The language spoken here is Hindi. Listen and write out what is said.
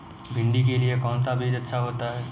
भिंडी के लिए कौन सा बीज अच्छा होता है?